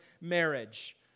marriage